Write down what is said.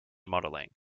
modeling